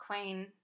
Queen